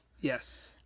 Yes